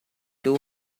two